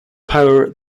power